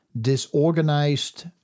disorganized